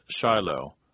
Shiloh